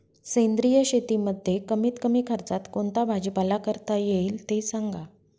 सेंद्रिय शेतीमध्ये कमीत कमी खर्चात कोणता भाजीपाला करता येईल ते सांगा